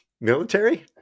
Military